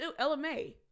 LMA